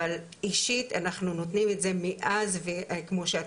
אבל אישית אנחנו נותנים את זה מאז וכמו שאת